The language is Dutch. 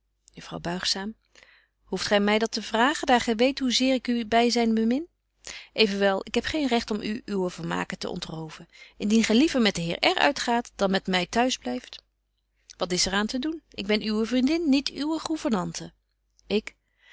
juffrouw buigzaam hoeft gy my dat te vragen daar gy weet hoe zeer ik uw byzyn bemin evenwel ik heb geen recht om u uwe vermaken te ontroven indien gy liever met den heer r uitgaat dan met my t'huis blyft betje wolff en aagje deken historie van mejuffrouw sara burgerhart wat is er aan te doen ik ben uwe vriendin niet uwe